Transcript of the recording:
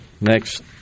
next